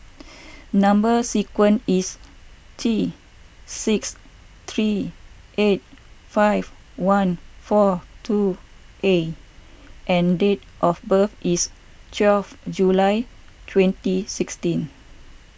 Number Sequence is T six three eight five one four two A and date of birth is twelve July twenty sixteen